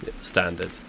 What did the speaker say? standard